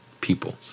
people